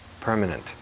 permanent